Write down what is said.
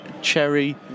Cherry